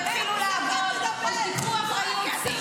תתחילו לעבוד או שתיקחו אחריות,